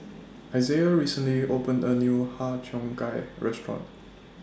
Isiah recently opened A New Har Cheong Gai Restaurant